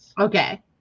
Okay